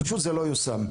זה פשוט לא יושם.